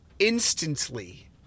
instantly